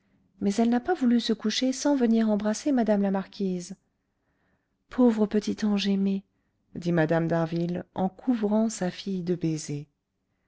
mais elle n'a pas voulu se coucher sans venir embrasser mme la marquise pauvre petit ange aimé dit mme d'harville en couvrant sa fille de baisers